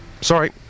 Sorry